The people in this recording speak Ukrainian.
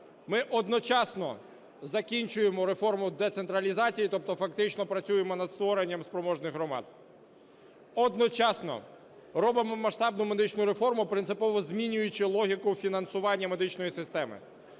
Ми одночасно закінчуємо реформу децентралізації, тобто фактично працюємо над створенням спроможних громад, одночасно робимо масштабну медичну реформу, принципово змінюючи логіку фінансування медичної системи.